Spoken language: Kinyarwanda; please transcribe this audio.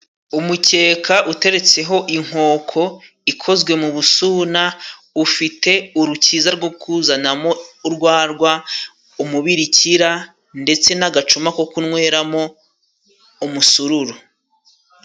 Umukeka uteretseho inkoko ikozwe mu busuna, ufite urukiza rwo kuzanamo urwarwa, umubirikira ndetse n'agacuma ko kunweramo umusururu.